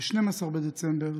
ב-12 בדצמבר,